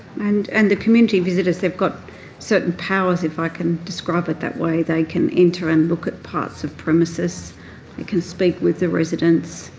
and and the community visitors, they've got certain powers, if i can describe it that way. they can enter and look at parts of premises can speak with the residents,